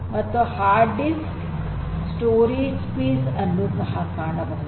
ಮತ್ತು hard disk storage space ಅನ್ನು ಸಹ ಕಾಣಬಹುದು